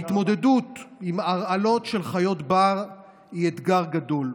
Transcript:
ההתמודדות עם הרעלות של חיות בר היא אתגר גדול.